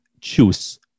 choose